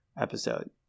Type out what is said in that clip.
episode